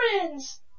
friends